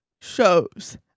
shows